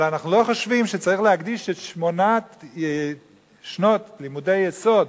אבל אנחנו לא חושבים שצריך להקדיש את שמונה שנות לימודי היסוד,